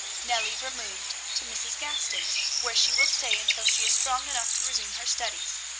nellie removed to mrs. gaston's, where she will stay until she is strong enough to resume her studies.